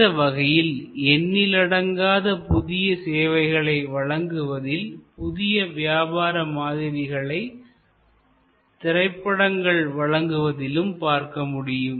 இந்த வகையில் எண்ணிலடங்காத புதிய சேவைகளை வழங்குவதில் புதிய வியாபார மாதிரிகளை திரைப்படங்கள் வழங்குவதிலும் பார்க்க முடியும்